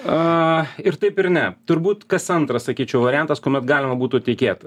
a ir taip ir ne turbūt kas antras sakyčiau variantas kuomet galima būtų tikėt